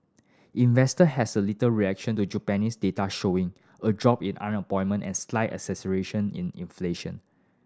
investor has a little reaction to Japanese data showing a drop in unemployment and slight acceleration in inflation